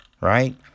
Right